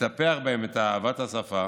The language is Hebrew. לטפח בהם את אהבת השפה